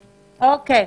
אוקיי,